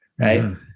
Right